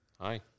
hi